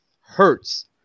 hurts